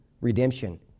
redemption